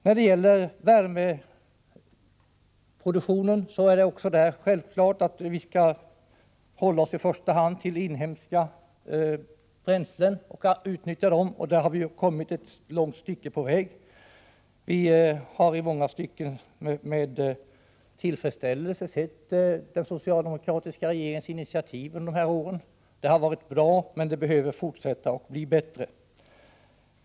När det gäller värmeproduktionen är det också självklart att vi i första hand skall utnyttja inhemska bränslen, och därvidlag har vi ju kommit ett långt stycke på väg. Vi har med tillfredsställelse sett den socialdemokratiska regeringens initiativ under de här åren. De har varit bra, men åtgärderna behöver fortsätta och bli bättre.